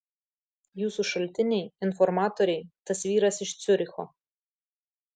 jūsų šaltiniai informatoriai tas vyras iš ciuricho